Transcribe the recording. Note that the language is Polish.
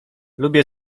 lubię